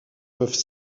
peuvent